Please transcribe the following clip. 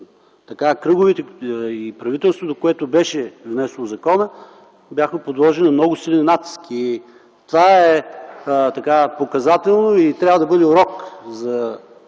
изобщо кръговете и правителството, което беше внесло закона, бяха подложени на много силен натиск. Това е показателно и трябва да бъде урок за